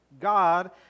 God